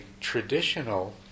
traditional